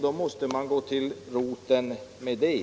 Då måste man gå till botten med det.